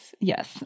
Yes